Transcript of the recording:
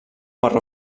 marró